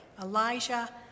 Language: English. Elijah